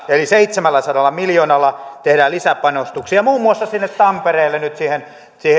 eli seitsemälläsadalla miljoonalla tehdään lisäpanostuksia muun muassa sinne tampereelle nyt